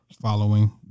following